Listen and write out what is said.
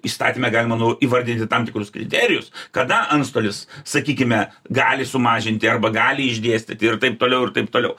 įstatyme galima nu įvardinti tam tikrus kriterijus kada antstolis sakykime gali sumažinti arba gali išdėstyti ir taip toliau ir taip toliau